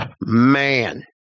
Man